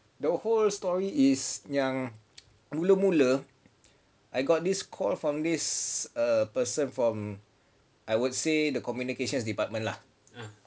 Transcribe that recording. the whole story is yang mula-mula I got this call from this err person from I would say the communications department lah